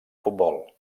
futbol